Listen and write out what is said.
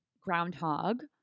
Groundhog